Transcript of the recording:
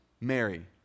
Mary